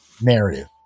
narrative